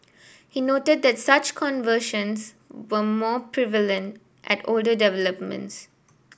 he noted that such conversions were more prevalent at older developments